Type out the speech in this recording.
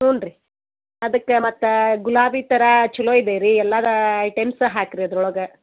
ಹ್ಞೂ ರೀ ಅದಕ್ಕೆ ಮತ್ತೆ ಗುಲಾಬಿ ಥರ ಚೊಲೋ ಇದೆ ರೀ ಎಲ್ಲ ಐಟೆಮ್ಸ ಹಾಕಿರಿ ಅದ್ರೊಳಗೆ